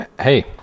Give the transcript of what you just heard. Hey